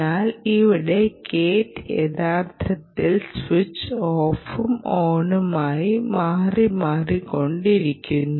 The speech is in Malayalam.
എന്നാൽ ഇവിടെ ഗേറ്റ് യഥാർത്ഥത്തിൽ സ്വിച്ച് ഓഫും ഓണുമായി മാറി മാറി കൊണ്ടിരിക്കുന്നു